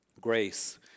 Grace